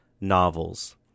novels